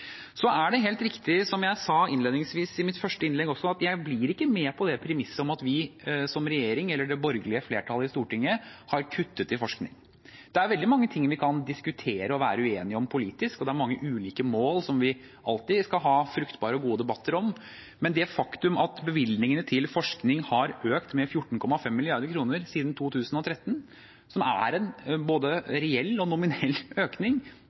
Så er det helt riktig, som jeg sa innledningsvis i mitt første innlegg også, at jeg blir ikke med på premisset om at vi som regjering eller det borgerlige flertallet i Stortinget har kuttet i forskning. Det er veldig mange ting vi kan diskutere og være uenige om politisk, og det er mange ulike mål vi alltid skal ha fruktbare og gode debatter om, men det er et faktum at bevilgningene til forskning har økt med 14,5 mrd. kr siden 2013, som er en både reell og nominell økning.